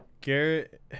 Garrett